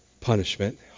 punishment